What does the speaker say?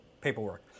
paperwork